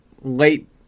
late